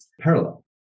parallel